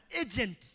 agent